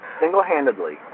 single-handedly